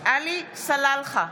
עלי סלאלחה,